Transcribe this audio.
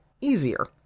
easier